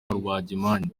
rubagimpande